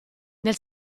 nel